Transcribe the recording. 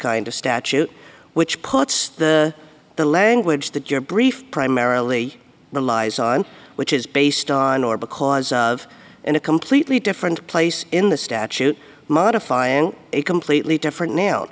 kind of statute which puts the the language that your brief primarily relies on which is based on or because of in a completely different place in the statute modify and a completely